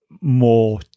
more